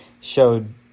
showed